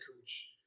coach